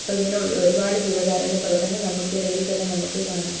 അപ്പം ഇങ്ങനെ ഒരുപാട് ജീവകാരുണ്യ പ്രവർത്തനങ്ങൾ നമ്മൾക്കിടയിൽ തന്നെ നമുക്ക് കാണാം